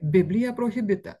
biblija prohibita